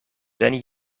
ben